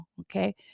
okay